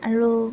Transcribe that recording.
আৰু